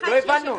לא הבנו,